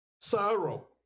Sorrow